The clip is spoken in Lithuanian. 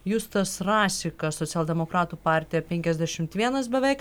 justas rasikas socialdemokratų partija penkiasdešimt vienas beveik